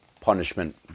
punishment